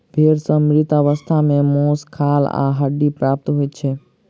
भेंड़ सॅ मृत अवस्था मे मौस, खाल आ हड्डी प्राप्त होइत छै